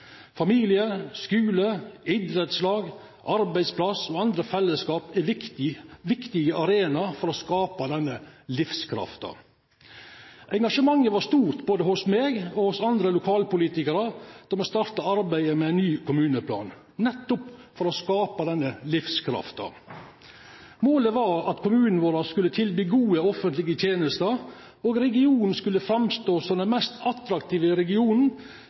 Familie, skole, idrettslag, arbeidsplass og andre fellesskap er viktige arenaer for å skape denne livskraften. Engasjementet var stort både hos meg og hos andre lokalpolitikere da vi startet arbeidet med ny kommuneplan nettopp for å skape denne livskraften. Målet var at kommunen vår skulle tilby gode offentlige tjenester, og regionen skulle framstå som den mest attraktive regionen